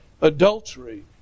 adultery